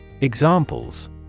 examples